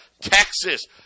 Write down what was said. Texas